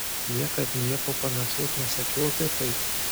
niekad nieko panašaus nesakiau apie tai